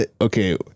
okay